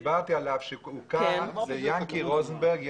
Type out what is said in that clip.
עליו דיברתי עליו זה ינקי רוזנברג,